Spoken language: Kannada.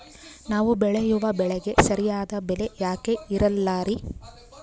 ನಾವು ಬೆಳೆಯುವ ಬೆಳೆಗೆ ಸರಿಯಾದ ಬೆಲೆ ಯಾಕೆ ಇರಲ್ಲಾರಿ?